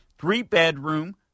three-bedroom